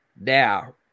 Now